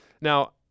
Now